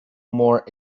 more